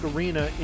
Arena